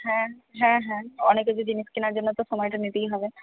হ্যাঁ হ্যাঁ হ্যাঁ অনেক কিছু জিনিস কেনার জন্য তো সময় তো নিতেই হবে